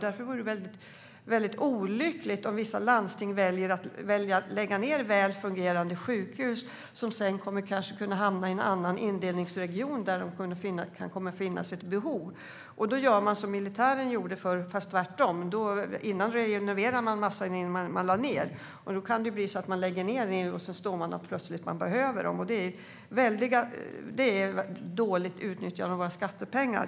Därför vore det mycket olyckligt om vissa landsting väljer att lägga ned väl fungerande sjukhus som sedan kanske kommer att kunna hamna i en annan indelningsregion där det kan komma att finnas ett behov av dem. Då gör man som militären gjorde förr, men tvärtom. Man renoverade massor innan man lade ned verksamheter. Då kan det bli så att man lägger ned sjukhus och sedan helt plötsligt står där och behöver dem. Det är dåligt utnyttjande av våra skattepengar.